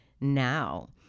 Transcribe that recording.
now